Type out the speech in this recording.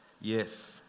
Yes